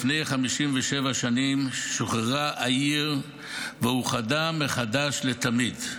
לפני 57 שנים שוחררה העיר ואוחדה מחדש לתמיד.